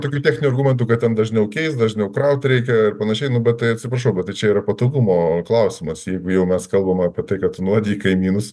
tokių techninių argumentų kad ten dažniau keist dažniau kraut reikia ir panašiai nu bet tai atsiprašau bet tai čia yra patogumo klausimas jeigu jau mes kalbam apie tai kad tu nuodiji kaimynus